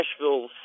Nashville